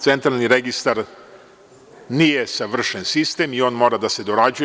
Centralni registar nije savršen sistem i on mora da se dorađuje.